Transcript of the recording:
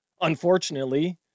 unfortunately